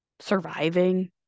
Surviving